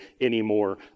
anymore